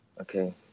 okay